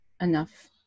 enough